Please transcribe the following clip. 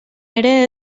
ere